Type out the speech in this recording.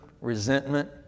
resentment